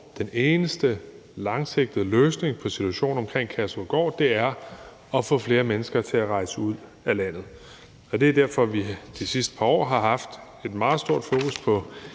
den eneste langsigtede løsning på situationen omkring Kærshovedgård er at få flere mennesker til at rejse ud af landet. Det er derfor, vi de sidste par år har haft et meget stort fokus på